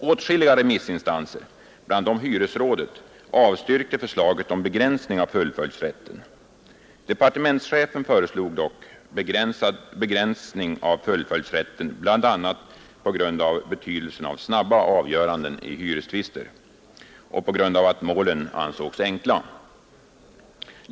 Åtskilliga remissinstanser, bland dem hyresrådet, avstyrkte förslaget om begränsning av fullföljdsrätten. Departementschefen föreslog dock begränsning av fullföljdsrätten, bl.a. på grund av betydelsen av snabba avgöranden i hyrestvister och på grund av att målen ansågs enkla.